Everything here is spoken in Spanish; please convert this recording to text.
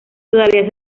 todavía